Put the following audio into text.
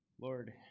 Lord